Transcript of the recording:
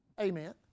Amen